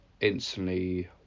instantly